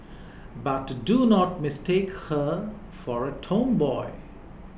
but do not mistake her for a tomboy